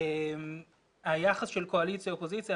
היחס של קואליציה-אופוזיציה.